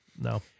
No